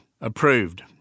approved